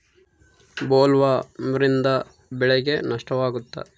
ಬೊಲ್ವರ್ಮ್ನಿಂದ ಬೆಳೆಗೆ ನಷ್ಟವಾಗುತ್ತ?